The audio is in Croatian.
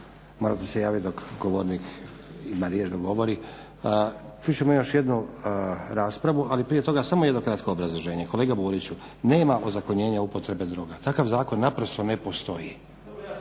morate se javit dok govornik ima riječ, dok govori. Čut ćemo još jednu raspravu, ali prije toga samo jedno kratko obrazloženje. Kolega Buriću, nema ozakonjenja upotrebe droga. Takav zakon naprosto ne postoji.